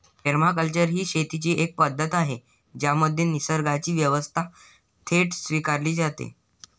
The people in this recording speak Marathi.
पेरमाकल्चर ही शेतीची एक पद्धत आहे ज्यामध्ये निसर्गाची व्यवस्था थेट स्वीकारली जाते